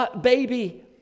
baby